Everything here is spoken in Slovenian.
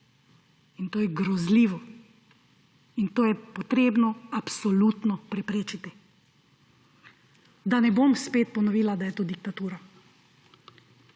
In to je grozljivo. In to je potrebno absolutno preprečiti. Da ne bom spet ponovila, da je to diktatura.